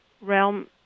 realm